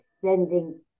sending